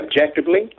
objectively